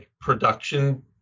production